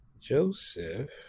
Joseph